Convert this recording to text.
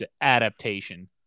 adaptation